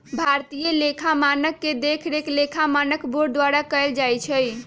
भारतीय लेखा मानक के देखरेख लेखा मानक बोर्ड द्वारा कएल जाइ छइ